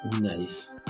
Nice